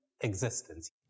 existence